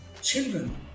children